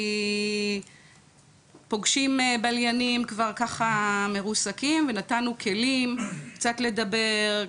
כי פוגשים בליינים כבר ככה מרוסקים ונתנו כלים קצת לדבר,